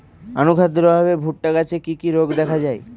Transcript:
অনুখাদ্যের অভাবে ভুট্টা গাছে কি কি রোগ দেখা যায়?